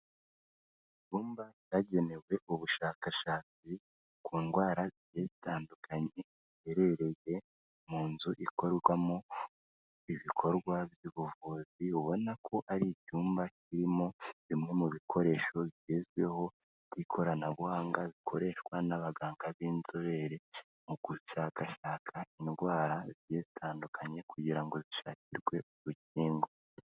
Ibumba ryagenewe ubushakashatsi ku ndwara zigiye zitandukanye riherereye mu nzu ikorerwamo ibikorwa by'ubuvuzi ubona ko ari icyumba kirimo bimwe mu bikoresho bigezweho by'ikoranabuhanga bikoreshwa n'abaganga b'inzobere mu gushakashaka indwara zigiye zitandukanye kugira ngo zishakirwe urukingo.